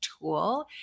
tool